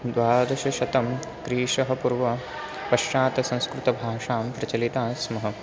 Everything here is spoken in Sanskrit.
द्वादशतं क्रीशः पूर्वं पश्चात् संस्कृतभाषा प्रचलिता स्म